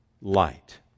light